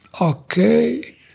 Okay